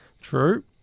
True